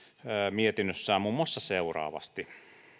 mietinnössään muun muassa seuraavasti